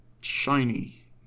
shiny